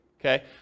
okay